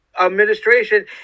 administration